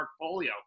portfolio